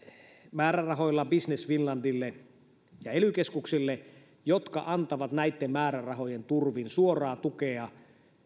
määrärahoilla business finlandille ja ely keskuksille jotka antavat näitten määrärahojen turvin suoraa tukea